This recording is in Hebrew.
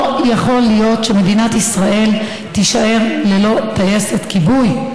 לא יכול להיות שמדינת ישראל תישאר ללא טייסת כיבוי.